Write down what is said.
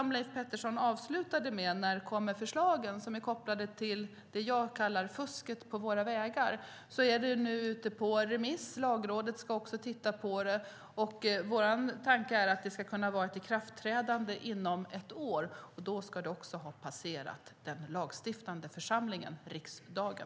Leif Pettersson avslutade med frågan: När kommer de förslag som är kopplade till det som jag kallar fusket på våra vägar? Det är nu ute på remiss. Lagrådet ska också titta på det. Vår tanke är att det ska kunna vara ett ikraftträdande inom ett år, och då ska det ha passerat den lagstiftande församlingen: riksdagen.